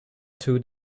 two